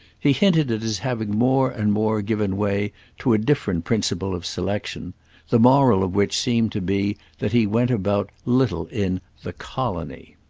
he hinted at his having more and more given way to a different principle of selection the moral of which seemed to be that he went about little in the colony.